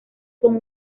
con